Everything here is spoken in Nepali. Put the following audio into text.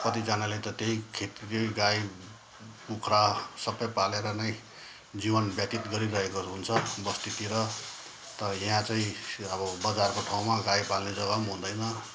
कतिजनाले त त्यही खेती त्यही गाई कुखुरा सबै पालेर नै जीवन व्यतित गरिरहेको हुन्छ बस्तीतिर त यहाँ चाहिँ अब बजारको ठाउँमा गाई पाल्ने जग्गा पनि हुँदैन